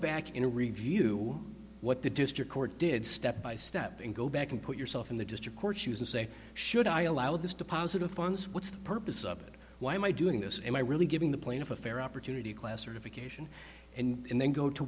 back in a review what the district court did step by step and go back and put yourself in the district court use and say should i allow this deposit of funds what's the purpose of it why am i doing this and i really giving the plaintiff a fair opportunity classification and then go to